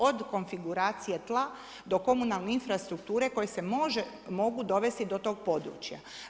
Od konfiguracije tla do komunalne infrastrukture koje se mogu dovesti do tog područja.